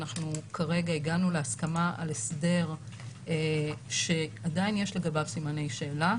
כרגע הגענו להסכמה על הסדר שעדיין יש לגביו סימני שאלה,